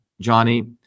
Johnny